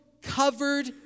covered